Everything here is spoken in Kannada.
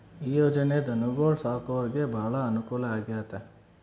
ಈ ಯೊಜನೆ ಧನುಗೊಳು ಸಾಕೊರಿಗೆ ಬಾಳ ಅನುಕೂಲ ಆಗ್ಯತೆ